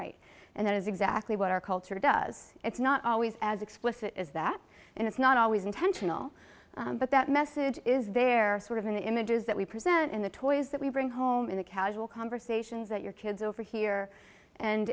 right and that is exactly what our culture does it's not always as explicit as that and it's not always intentional but that message is there sort of in the images that we present in the toys that we bring home in the casual conversations that your kids over here and